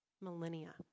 millennia